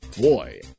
Boy